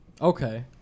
Okay